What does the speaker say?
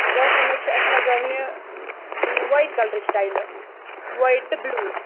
باتھروٗمَس چھِ اَسہِ لَگاونہِ وایِٹ کَلرٕچ ٹایل وایِٹ تہٕ بِلو